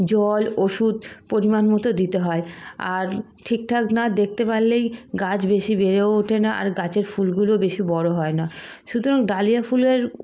জল ওষুধ পরিমাণ মতো দিতে হয় আর ঠিকঠাক না দেখতে পারলেই গাছ বেশি বেড়েও ওঠে না আর গাছের ফুলগুলো বেশি বড় হয় না সুতরাং ডালিয়া ফুলের